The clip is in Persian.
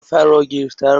فراگیرتر